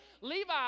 Levi